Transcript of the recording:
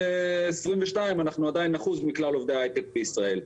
וב-2022 אנחנו עדיין אחוז מכלל עובדי ההיי-טק בישראל,